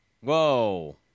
Whoa